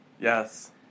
Yes